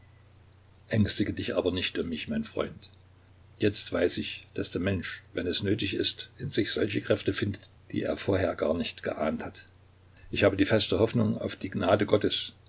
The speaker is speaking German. ängstige dich aber nicht um mich mein freund jetzt weiß ich daß der mensch wenn es nötig ist in sich solche kräfte findet die er vorher gar nicht geahnt hat ich habe die feste hoffnung auf die gnade gottes